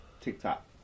TikTok